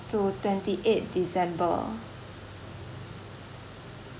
to twenty eight december